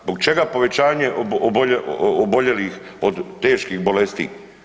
Zbog čega povećanje oboljelih od teških bolesti?